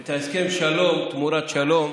את הסכם השלום תמורת שלום.